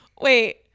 wait